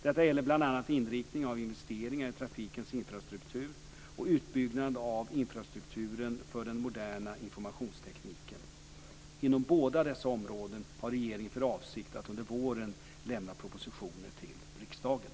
Detta gäller bl.a. inriktningen av investeringar i trafikens infrastruktur och utbyggnaden av infrastrukturen för den moderna informationstekniken. Inom båda dessa områden har regeringen för avsikt att under våren lämna propositioner till riksdagen.